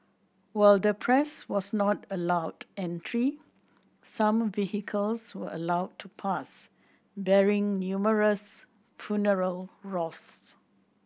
while the press was not allowed entry some vehicles were allowed to pass bearing numerous funeral wreaths